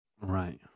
Right